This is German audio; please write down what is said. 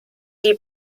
die